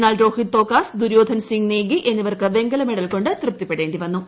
എന്നാൽ രോഹിത് തോകാസ് ദുര്യോധൻ സിംഗ് നേഗി എന്നിവർക്ക് വെങ്കല മെഡൽ കൊ ് തൃപ്തിപ്പെടേ ി വന്നു